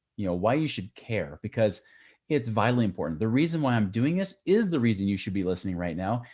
you know, why you should care? because it's vitally important. the reason why i'm doing this is the reason you should be listening right now.